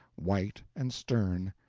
white and stern,